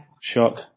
Shock